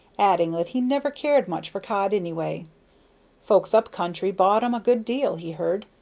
adding that he never cared much for cod any way folks up country bought em a good deal, he heard.